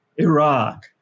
Iraq